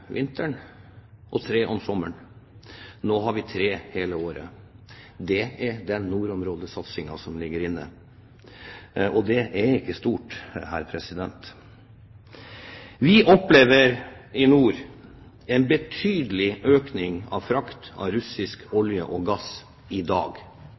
vinteren og tre om sommeren. Nå har vi tre hele året. Det er den nordområdesatsingen som ligger inne, og det er ikke stort. I dag opplever vi i nord en betydelig økning av frakt av russisk